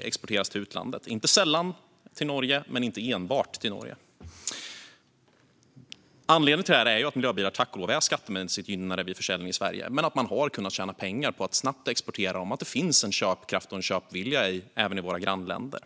exporteras till utlandet, inte sällan till Norge men inte enbart till Norge. Anledningen till detta är att miljöbilar är skattemässigt gynnade, tack och lov, vid försäljning i Sverige och att man har kunnat tjäna pengar på att snabbt exportera dem och att det finns en köpkraft och en köpvilja även i våra grannländer.